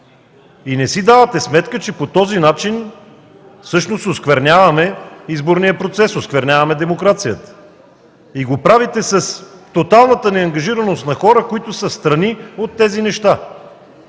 и не си давате сметка, че по този начин всъщност оскверняваме изборния процес, оскверняваме демокрацията. И го правите с тоталната неангажираност на хора, които са встрани от тези неща!